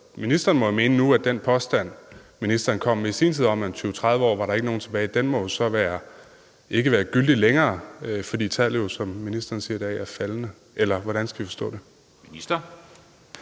ministeren må jo nu mene, at den påstand, ministeren kom med i sin tid, om, at der om 20-30 år ikke er nogen tilbage, ikke længere er gyldig, fordi tallet jo, som ministeren siger i dag, er faldende. Eller hvordan skal vi forstå det? Kl.